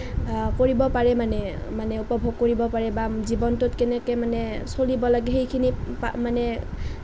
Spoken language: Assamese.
কৰিব পাৰে মানে মানে উপভোগ কৰিব পাৰে বা জীৱনটোত কেনেকে মানে চলিব লাগে সেইখিনি মানে